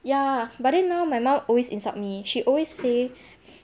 ya but then now my mum always insult me she always say